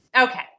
Okay